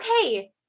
okay